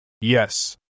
Yes